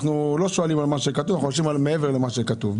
אנחנו לא שואלים על מה שכתוב אלא אנחנו שואלים מעבר למה שכתוב.